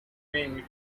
maid